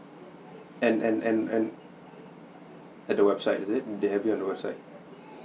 and and and and at the website is it they have it on the website